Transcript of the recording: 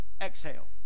Exhale